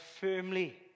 firmly